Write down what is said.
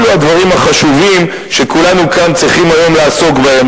אלו הדברים החשובים שכולנו כאן צריכים היום לעסוק בהם,